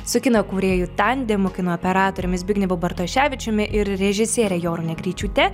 su kino kūrėjų tandemu kino operatoriumi zbignevu bartoševičiumi ir režisiere jorūne greičiūte